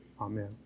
Amen